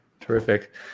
terrific